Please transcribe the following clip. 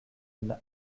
une